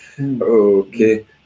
okay